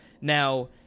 Now